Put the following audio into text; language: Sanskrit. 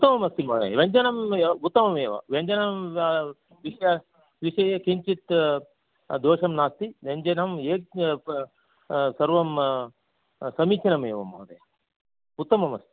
उत्तममस्ति महोदय व्यञ्जनम् उत्तममेव व्यञ्जनस्य विष विषये किञ्चित् दोषः नास्ति व्यञ्जनं य सर्वं समीचीनमेव महोदय उत्तममस्ति